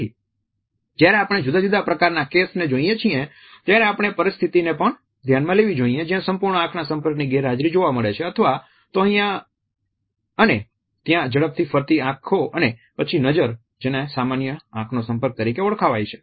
તેથી જ્યારે આપણે જુદા જુદા પ્રકારના કેસ ને જોઈએ છીએ ત્યારે આપણે પરિસ્થિતિને પણ ધ્યાનમાં લેવી જોઇએ જ્યાં સંપૂર્ણ આંખના સંપર્કની ગેરહાજરી જોવા મળે છે અથવા તો અહિયાં અને ત્યાં ઝડપથી ફરતી આંખો અને પછી નજર જેને સામાન્ય આંખનો સંપર્ક તરીકે ઓળખાય છે